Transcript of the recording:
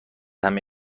همه